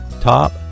top